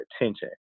attention